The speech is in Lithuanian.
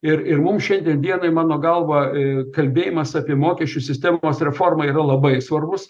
ir ir mums šiandien dienai mano galva kalbėjimas apie mokesčių sistemos reformą yra labai svarbus